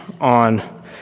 on